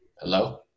Hello